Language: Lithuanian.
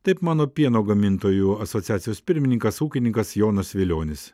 taip mano pieno gamintojų asociacijos pirmininkas ūkininkas jonas vilionis